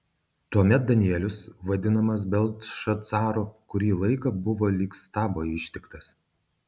tuomet danielius vadinamas beltšacaru kurį laiką buvo lyg stabo ištiktas